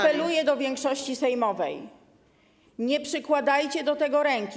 Apeluję do większości sejmowej: nie przykładajcie do tego ręki.